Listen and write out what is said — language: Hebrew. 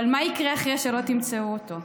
אבל מה יקרה אחרי שלא תמצאו אותו?